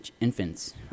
infants